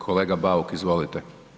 Kolega Bauk, izvolite.